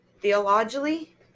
theologically